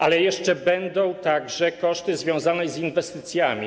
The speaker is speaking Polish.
Ale jeszcze będą także koszty związane z inwestycjami.